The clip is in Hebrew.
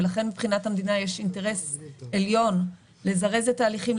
ולכן מבחינת המדינה יש אינטרס עליון לזרז את ההליכים,